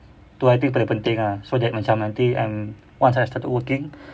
tu I think paling penting ah so like macam nanti um once I've started working